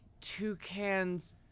Toucan's